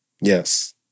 Yes